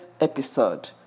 episode